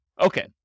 Okay